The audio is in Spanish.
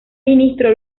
ministro